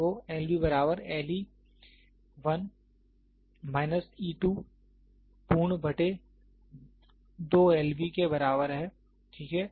तो L B बराबर L e 1 minus e 2 पूर्ण बटे 2 L B के बराबर है ठीक है